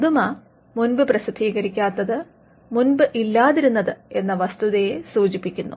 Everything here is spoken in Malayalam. പുതുമ മുൻപ് പ്രസിദ്ധീകരിക്കാത്തത് മുൻപ് ഇല്ലാതിരുന്നത് എന്ന വസ്തുതയെ സൂചിപ്പിക്കുന്നു